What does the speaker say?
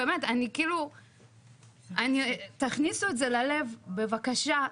באמת, תכניסו את זה ללב בבקשה.